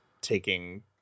taking